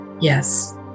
Yes